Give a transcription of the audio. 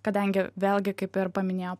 kadangi vėlgi kaip ir paminėjo